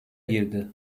girdi